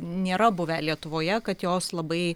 nėra buvę lietuvoje kad jos labai